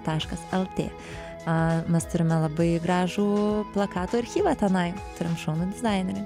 taškas lt a mes turime labai gražų plakato archyvą tenai turim šaunų dizainerį